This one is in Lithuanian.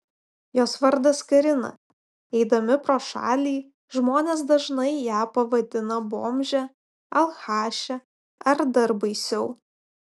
jos vardas karina eidami pro šalį žmonės dažnai ją pavadina bomže alchaše ar dar baisiau